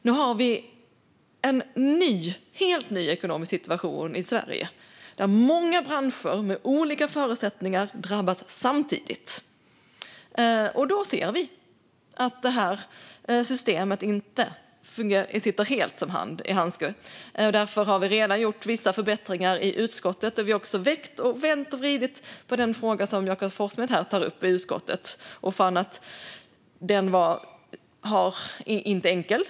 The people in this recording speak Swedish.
Nu har vi en helt ny ekonomisk situation i Sverige, där många branscher med olika förutsättningar drabbas samtidigt. Då ser vi att det här systemet inte sitter helt som hand i handske. Därför har vi redan gjort vissa förbättringar i utskottet, och vi har också vänt och vridit på den fråga som Jakob Forssmed tar upp. Vi fann att den inte är enkel.